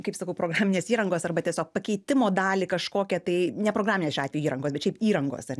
kaip sakau programinės įrangos arba tiesiog pakeitimo dalį kažkokią tai ne programinės šiuo atveju įrangos bet šiaip įrangos ar